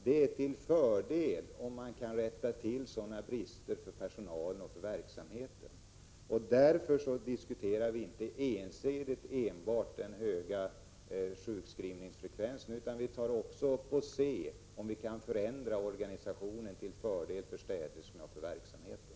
Det är till fördel för personalen och för verksamheten, om man kan rätta till sådana brister. Därför diskuterar vi inte ensidigt den höga sjukskrivningsfrekvensen, utan vi ser också på om vi kan förändra organisationen till fördel för städerskorna och för verksamheten.